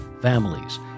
families